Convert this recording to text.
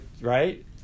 right